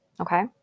Okay